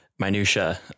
Minutia